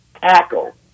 tackle